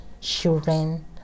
children